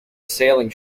sailing